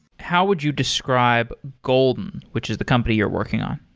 how would you describe golden, which is the company you're working on?